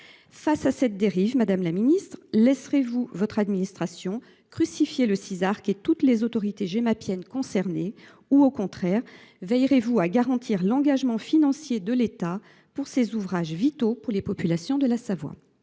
Face à cette dérive, madame la ministre, laisserez vous votre administration crucifier le Sisarc et toutes les autorités « gemapiennes » concernées, ou, au contraire, veillerez vous à garantir l’engagement financier de l’État à propos de ces ouvrages vitaux pour les populations de la Savoie ?